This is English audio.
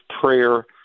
prayer